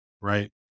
right